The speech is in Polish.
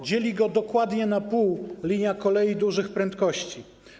Dzieli go dokładnie na pół linia kolei dużych prędkości.